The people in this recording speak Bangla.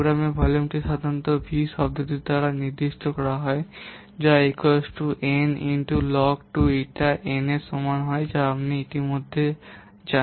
প্রোগ্রামের ভলিউমটি সাধারণত ভি শব্দটি দ্বারা নির্দিষ্ট করা হয় যা N গুন লগ 2 ইটা N এর সমান হয় আপনি ইতিমধ্যে জানেন